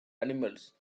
animals